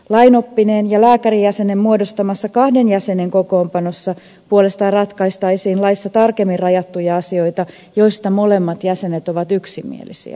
lainoppineen ja lääkärijäsenen muodostamassa kahden jäsenen kokoonpanossa puolestaan ratkaistaisiin laissa tarkemmin rajattuja asioita joista molemmat jäsenet ovat yksimielisiä